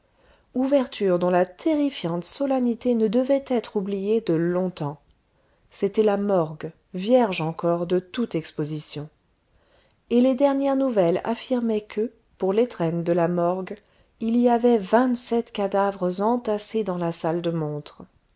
ouverture dont la terrifiante solennité ne devait être oubliée de longtemps c'était la morgue vierge encore de toute exposition et les dernières nouvelles affirmaient que pour l'étrenne de la morgue il y avait vingt-sept cadavres entassés dans la salle de montre